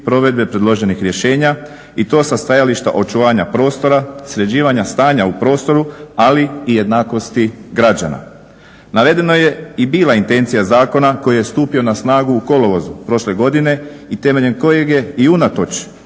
provedbe predloženih rješenja i to sa stajališta očuvanja prostora, sređivanja stanja u prostoru, ali i jednakosti građana. Navedeno je i bila intencija zakona koji je stupio na snagu u kolovozu prošle godine i temeljem kojeg je i unatoč